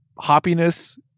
hoppiness